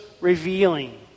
revealing